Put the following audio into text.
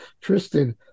tristan